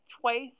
twice